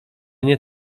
nie